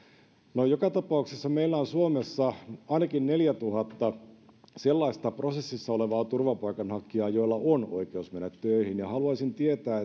no joka tapauksessa meillä on suomessa ainakin neljätuhatta sellaista prosessissa olevaa turvapaikanhakijaa joilla on oikeus mennä töihin ja haluaisin tietää